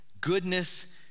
goodness